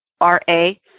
R-A